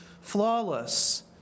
flawless